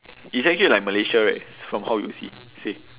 it's actually like malaysia right from how you see say